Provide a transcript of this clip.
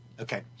Okay